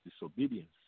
disobedience